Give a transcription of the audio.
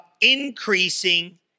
increasing